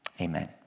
Amen